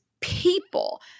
people